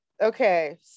okay